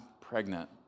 pregnant